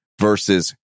versus